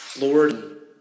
Lord